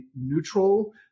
neutral